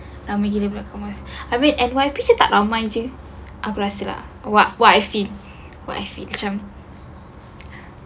ramai gila budak commonwealth habis N_Y_P macam tak ramai jer aku rasa lah wha~ what I feel what I feel macam